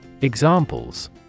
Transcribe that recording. Examples